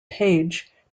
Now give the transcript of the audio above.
page